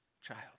child